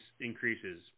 increases